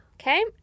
Okay